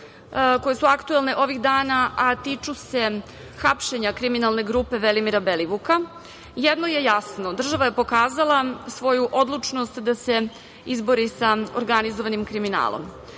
koje su aktuelne ovih dana, a tiču se hapšenja kriminalne grupe Velimira Belivuka. Jedno je jasno, država je pokazala svoju odlučnost da se izbori sa organizovanim kriminalom.